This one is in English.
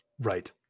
Right